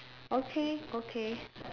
okay okay